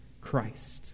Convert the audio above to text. Christ